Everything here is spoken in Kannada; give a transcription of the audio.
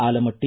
ಆಲಮಟ್ಟ